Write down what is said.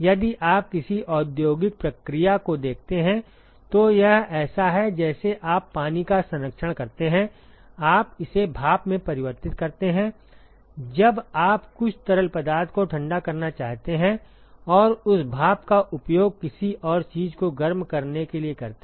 यदि आप किसी औद्योगिक प्रक्रिया को देखते हैं तो यह ऐसा है जैसे आप पानी का संरक्षण करते हैं आप इसे भाप में परिवर्तित करते हैं जब आप कुछ तरल पदार्थ को ठंडा करना चाहते हैं और उस भाप का उपयोग किसी और चीज को गर्म करने के लिए करते हैं